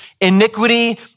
iniquity